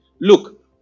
Look